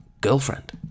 Girlfriend